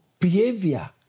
behavior